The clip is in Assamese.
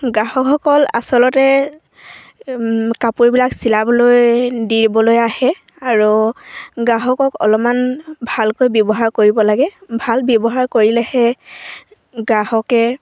গ্ৰাহকসকল আচলতে কাপোৰবিলাক চিলাবলৈ দিবলৈ আহে আৰু গ্ৰাহকক অলপমান ভালকৈ ব্যৱহাৰ কৰিব লাগে ভাল ব্যৱহাৰ কৰিলেহে গ্ৰাহকে